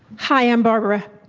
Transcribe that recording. hi, i'm barbara.